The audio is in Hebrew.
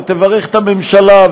ותברך את הממשלה,